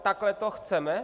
Takhle to chceme?